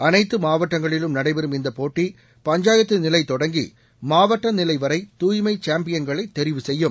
அனைத்து மாவட்டங்களிலும் நடைபெறும் இந்த போட்டி பஞ்சாயத்து நிலை தொடங்கி மாவட்டம் நிலை வரை தூய்மை சாம்பியன்களை தெரிவு செய்யும்